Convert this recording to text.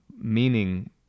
meaning